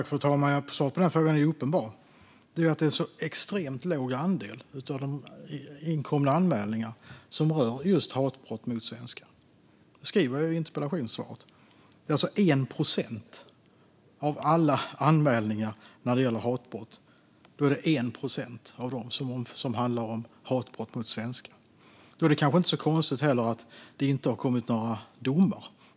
Fru talman! Svaret på den frågan är uppenbart: att det är så extremt låg andel av inkomna anmälningar som rör just hatbrott mot svenskar. Det säger jag i interpellationssvaret. Det är alltså 1 procent av alla anmälningar om hatbrott som handlar om hatbrott mot svenskar. Då är det kanske inte så konstigt att det inte har kommit några domar.